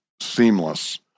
seamless